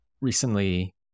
recently